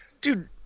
dude